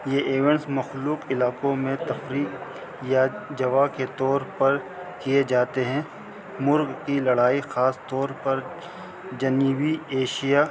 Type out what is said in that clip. یہ ایونٹس مخلوق علاقوں میں تفریح یا جواہ کے طور پر کیے جاتے ہیں مرغ کی لڑائی خاص طور پر جنیبی ایشیا